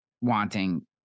wanting